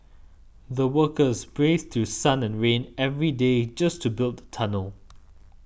the workers braved through sun and rain every day just to build the tunnel